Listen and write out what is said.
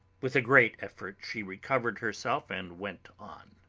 with a great effort she recovered herself and went on